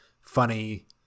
funny